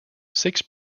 six